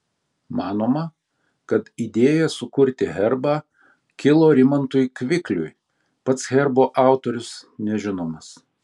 manoma kad idėja sukurti herbą kilo rimantui kvikliui pats herbo autorius nežinomas